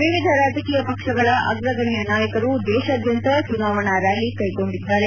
ವಿವಿಧ ರಾಜಕೀಯ ಪಕ್ಷಗಳ ಅಗ್ರಗಣ್ಯ ನಾಯಕರು ದೇಶಾದ್ಯಂತ ಚುನಾವಣಾ ರ್ಯಾಲಿ ಕೈಗೊಂಡಿದ್ದಾರೆ